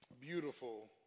beautiful